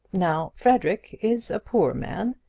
now frederic is a poor man.